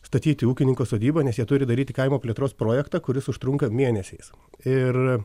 statyti ūkininko sodybą nes jie turi daryti kaimo plėtros projektą kuris užtrunka mėnesiais ir